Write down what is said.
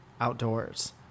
Outdoors